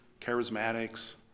Charismatics